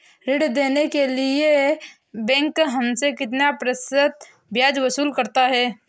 ऋण देने के लिए बैंक हमसे कितना प्रतिशत ब्याज वसूल करता है?